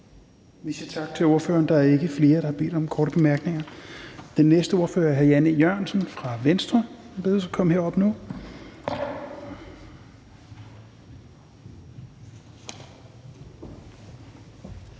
Vi siger tak til ordføreren. Der er ikke flere, der har bedt om korte bemærkninger. Den næste ordfører er hr. Jan E. Jørgensen fra Venstre, der bedes komme herop nu.